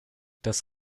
das